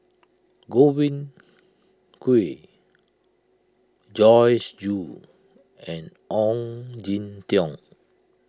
Godwin Koay Joyce Jue and Ong Jin Teong